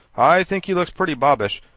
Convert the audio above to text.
i think he looks pretty bobbish.